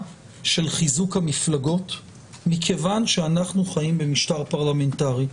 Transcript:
של חיזוק המפלגות מכיוון שאנחנו חיים במשטר פרלמנטרי.